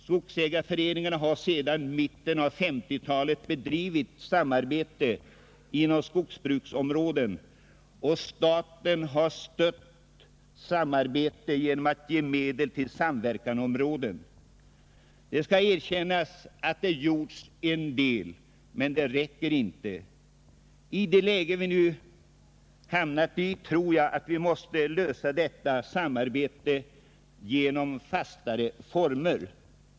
Skogsägarföreningarna har sedan mitten av 1950-talet bedrivit samarbete inom skogsbruksområden, och staten har stött samarbete genom att ge medel till samverkansområden. Det skall erkännas att det gjorts en del, men det räcker inte. I det läge där vi nu hamnat tror jag att samarbetet måste ske i fastare former.